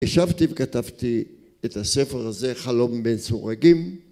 ישבתי וכתבתי את הספר הזה: חלום בן סורגים